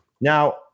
now